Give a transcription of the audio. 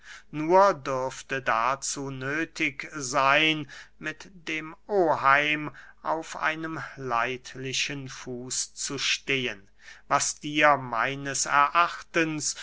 nur dürfte dazu nöthig seyn mit dem oheim auf einem leidlichen fuß zu stehen was dir meines erachtens